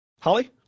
Holly